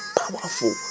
powerful